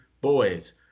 boys